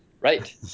Right